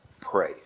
pray